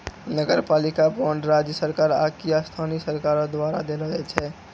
नगरपालिका बांड राज्य सरकार आकि स्थानीय सरकारो द्वारा देलो जाय छै